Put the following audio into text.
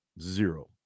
Zero